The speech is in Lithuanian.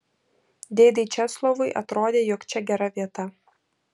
dėdei česlovui atrodė jog čia gera vieta